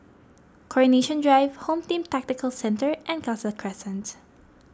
Coronation Drive Home Team Tactical Centre and Khalsa Crescent